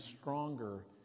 stronger